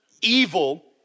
evil